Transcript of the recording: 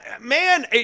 man